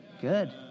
Good